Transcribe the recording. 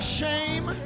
shame